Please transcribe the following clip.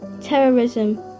terrorism